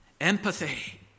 empathy